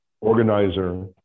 organizer